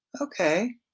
okay